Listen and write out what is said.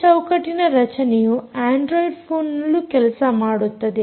ಈ ಚೌಕಟ್ಟಿನ ರಚನೆಯು ಅಂಡ್ರೊಯಿಡ್ ಫೋನ್ನಲ್ಲಿಯೂ ಕೆಲಸಮಾಡುತ್ತದೆ